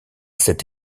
cet